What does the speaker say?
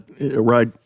right